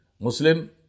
Muslim